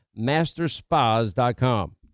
masterspas.com